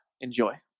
Enjoy